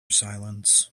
silence